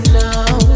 now